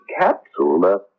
capsule